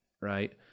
right